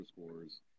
scores